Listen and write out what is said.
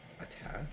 attack